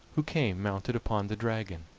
who came mounted upon the dragon.